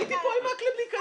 הייתי כאן עם מקלב כדי להיכנס.